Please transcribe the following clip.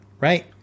Right